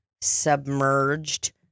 submerged